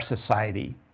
society